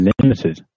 limited